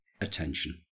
attention